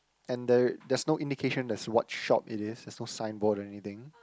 and there there's no indication there is what shop it is there's no signboard or anything